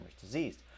disease